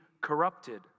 corrupted